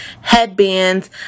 headbands